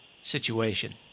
situation